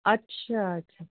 अछा अछा